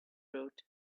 road